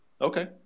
Okay